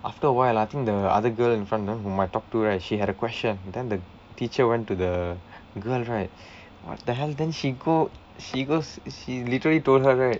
after a while I think the other girl in front of the one whom I talked to right she had a question then the teacher went to the girl right what the hell then she go she go s~ she literally told her right